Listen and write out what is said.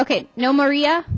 okay no maria